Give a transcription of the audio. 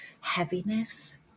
heaviness